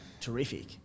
terrific